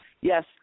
Yes